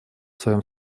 своем